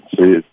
See